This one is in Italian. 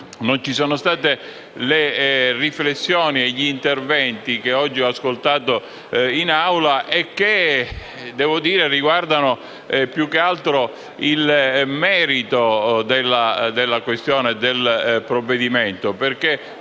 non ci sono state le riflessioni e gli interventi che oggi ho ascoltato in Aula, che riguardano più che altro il merito del provvedimento.